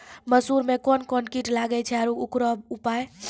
मसूर मे कोन कोन कीट लागेय छैय आरु उकरो उपाय?